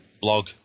blog